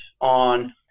on